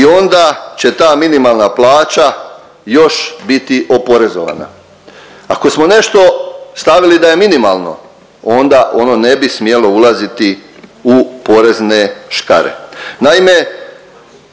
i onda će ta minimalna plaća još biti oporezovana. Ako smo nešto stavili da je minimalno, onda ono ne bi smjelo ulaziti u porezne škare.